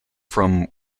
from